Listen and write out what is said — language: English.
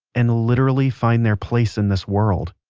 and literally find their place in this world.